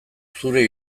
zure